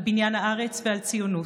על בניין הארץ ועל ציונות,